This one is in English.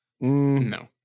No